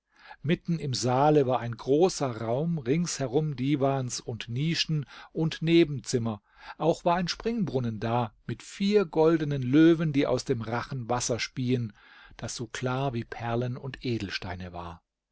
mitten im saale war ein großer raum rings herum divans und nischen und nebenzimmer auch war ein springbrunnen da mit vier goldenen löwen die aus dem rachen wasser spieen das so klar wie perlen und edelsteine war